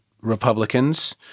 Republicans